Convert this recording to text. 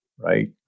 Right